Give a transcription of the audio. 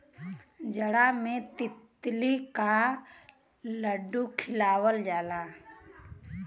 जाड़ा मे तिल्ली क लड्डू खियावल जाला